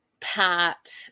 Pat